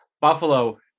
Buffalo